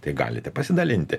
tai galite pasidalinti